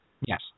Yes